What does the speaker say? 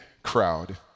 crowd